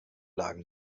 lagen